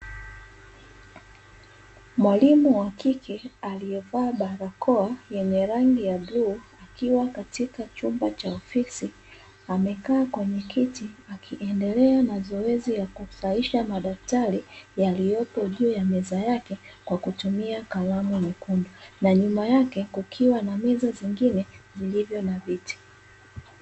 Mwalimu wa kike aliyevaa barakoa yenye rangi ya bluu akiwa katika chumba cha ofisi amekaa kwenye kiti, akiendelea na zoezi ya kusahihisha madaftari yaliyopo juu ya meza yake kwa kutumia kalamu nyekundu na nyuma yake kukiwa na meza zingine zilizo na viti.